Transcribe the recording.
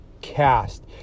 cast